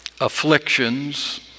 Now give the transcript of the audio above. afflictions